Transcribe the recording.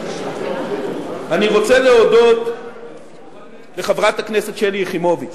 אני רוצה להודות לחברת הכנסת שלי יחימוביץ,